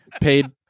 Paid